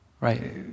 Right